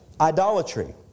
idolatry